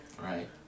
Right